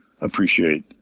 appreciate